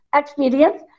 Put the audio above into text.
experience